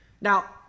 Now